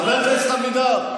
חבר הכנסת אבידר,